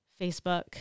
Facebook